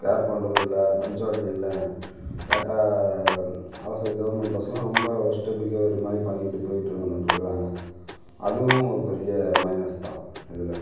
care பண்ணுறது இல்லை punctuality இல்லை கேட்டால் அரசு கவுர்மெண்ட் பஸ்ஸுலாம் ரொம்ப ஒர்ஸ்ட்டு பிஹேவியர் மாதிரி பண்ணிக்கிட்டு போய்ட்டு வந்துக்கிட்டு இருக்கிறாங்க அதுவும் ஒரு பெரிய மைனஸ் தான் இதில்